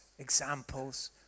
examples